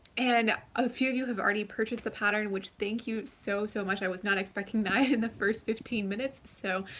and a few of you have already purchased the pattern, which thank you so, so much! i was not expecting that in the first fifteen minutes so,